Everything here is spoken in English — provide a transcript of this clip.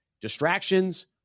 distractions